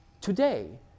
today